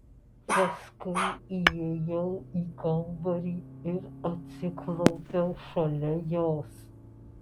paskui įėjau į kambarį ir atsiklaupiau šalia jos